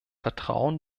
vertrauen